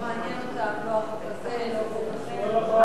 הנושא הבא חבר הכנסת חיים כץ.